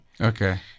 Okay